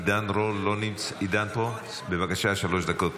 עידן רול, בבקשה, שלוש דקות.